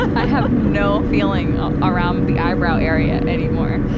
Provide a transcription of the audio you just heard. i have no feeling ah around the eyebrow area anymore.